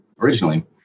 originally